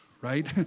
right